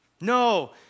No